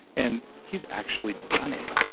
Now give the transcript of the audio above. and he's actually done it,